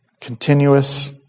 continuous